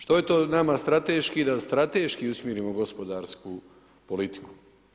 Što je to nama strateški da strateški usmjerimo gospodarsku politiku.